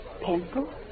Pencil